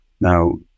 Now